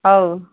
ହଉ